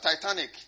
Titanic